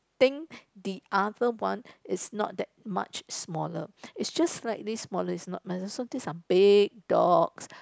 think the other one is not that much smaller is just like slightly smaller is not big dog